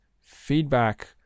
feedback